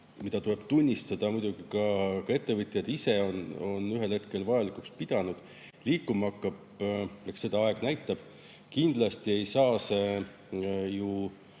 mida, tuleb tunnistada, on muidugi ka ettevõtjad ise ühel hetkel vajalikuks pidanud, liikuma hakkab, eks seda aeg näitab. Kindlasti aga ei saa see